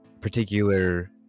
particular